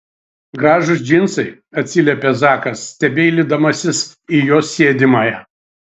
gražūs džinsai atsiliepė zakas stebeilydamasis į jos sėdimąją